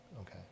Okay